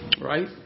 Right